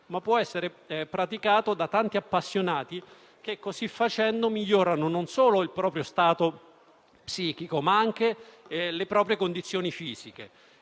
ma può essere praticato da tanti appassionati che, così facendo, migliorano non solo il proprio stato psichico, ma anche le proprie condizioni fisiche.